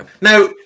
Now